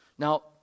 Now